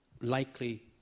likely